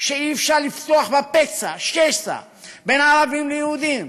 שאי-אפשר לפתוח בה פצע, שסע, בין ערבים ליהודים.